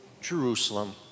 Jerusalem